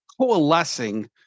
coalescing